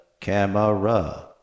camera